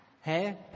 Hey